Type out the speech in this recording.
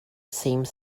same